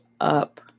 up